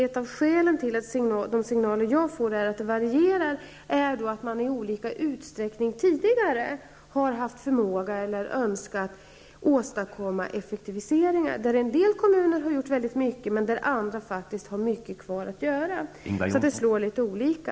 Ett av skälen till att de signaler jag får varierar är att man i olika utsträckning tidigare har haft förmåga eller en önskan att åstadkomma effektiviseringar. En del kommuner har gjort sådana, medan andra har mycket kvar att göra. Det slår litet olika.